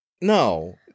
No